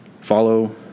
follow